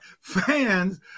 fans